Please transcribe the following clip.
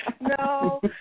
No